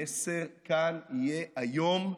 המסר כאן יהיה איום ונורא.